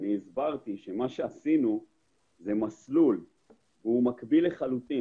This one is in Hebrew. הסברתי שעשינו מסלול מקביל לחלוטין